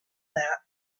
that